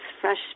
fresh